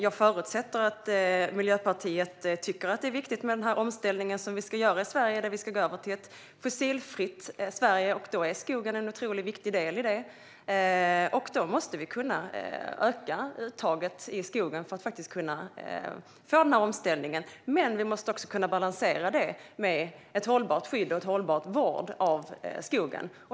Jag förutsätter att Miljöpartiet tycker att det är viktigt med den omställning som vi ska göra med att gå över till ett fossilfritt Sverige. Skogen är en otroligt viktig del i detta, och vi måste kunna öka uttaget i skogen för att kunna få till denna omställning. Vi måste dock även kunna balansera det med ett hållbart skydd och en hållbar vård av skogen.